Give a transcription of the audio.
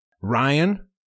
Ryan